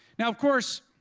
now, of course,